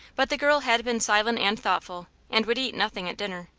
but the girl had been silent and thoughtful, and would eat nothing at dinner.